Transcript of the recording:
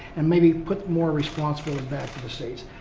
and maybe put more responsibility back to the states.